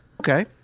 Okay